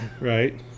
right